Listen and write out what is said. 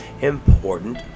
important